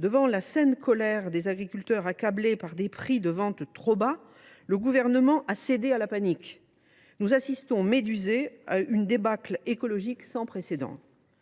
Face à la saine colère des agriculteurs accablés par des prix de vente trop bas, le Gouvernement a cédé à la panique. Nous assistons médusés à une débâcle écologique sans précédent.